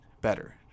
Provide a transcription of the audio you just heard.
better